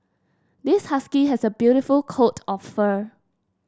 this husky has a beautiful coat of fur